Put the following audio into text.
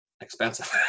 expensive